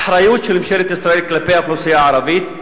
האחריות של ממשלת ישראל כלפי האוכלוסייה הערבית,